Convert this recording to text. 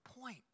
point